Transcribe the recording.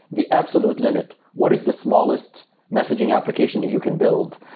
the absolute limit. what is the smallest messaging application that you can build?